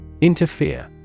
Interfere